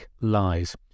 lies